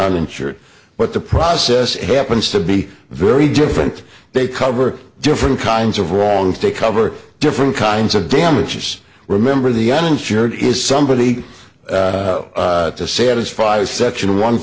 uninsured but the process happens to be very different they cover different kinds of wrongs to cover different kinds of damages remember the uninsured is somebody to satisfy section one